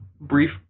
brief